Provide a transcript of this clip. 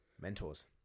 mentors